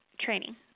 training